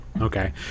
Okay